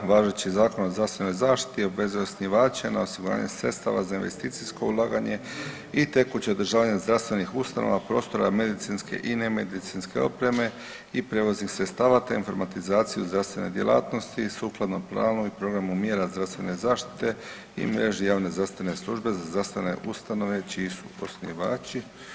Važeći Zakon o zdravstvenoj zaštiti … [[Govornik se ne razumije]] na osiguranje sredstava za investicijsko ulaganje i tekuće održavanje zdravstvenih ustanova, prostora, medicinske i ne medicinske opreme i prijevoznih sredstava, te informatizaciju zdravstvene djelatnosti sukladno … [[Govornik se ne razumije]] i programu mjera zdravstvene zaštite i mreži javne zdravstvene službe za zdravstvene ustanove čiji su osnivači.